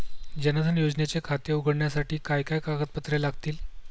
जनधन योजनेचे खाते उघडण्यासाठी काय काय कागदपत्रे लागतील?